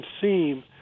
seem